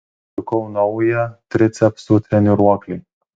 pirkau naują tricepsų treniruoklį